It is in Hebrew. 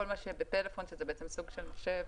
כל מה שבפלאפון שזה בעצם סוג של מחשב.